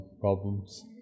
problems